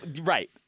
right